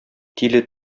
тиле